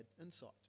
insight